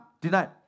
denied